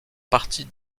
partie